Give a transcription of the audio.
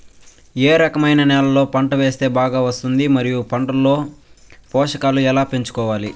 ఏ రకమైన నేలలో పంట వేస్తే బాగా వస్తుంది? మరియు పంట లో పోషకాలు ఎలా పెంచుకోవాలి?